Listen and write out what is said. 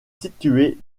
située